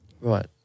Right